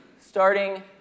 starting